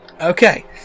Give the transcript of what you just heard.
Okay